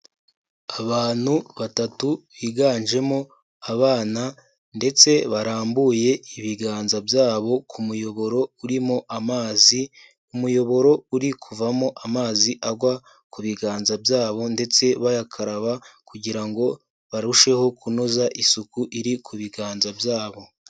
Abantu batatu biganjemo abana ndetse barambuye ibiganza byabo ku muyoboro urimo amazi, umuyoboro uri kuvamo amazi agwa ku biganza byabo ndetse bayakaraba kugira ngo barusheho kunoza isuku iri ku biganza byabo.